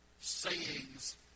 sayings